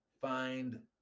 find